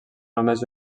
només